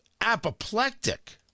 apoplectic